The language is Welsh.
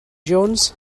jones